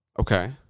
Okay